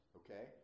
okay